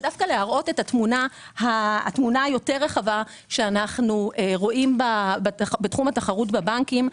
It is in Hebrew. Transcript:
ודווקא להראות את התמונה היותר רחבה שאנחנו רואים בתחום התחרות בבנקים,